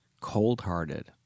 cold-hearted